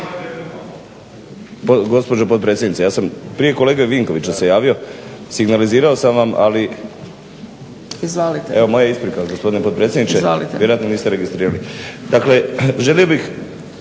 Gospođo potpredsjednice ja sam se prije kolege Vinkovića javio, signalizirao sam vam, ali, evo moja isprika gospodine potpredsjedniče. Vjerojatno niste registrirali. Dakle želio bih